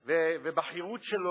ובחירות שלו,